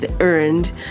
earned